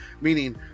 meaning